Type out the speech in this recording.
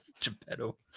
Geppetto